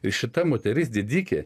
ir šita moteris didikė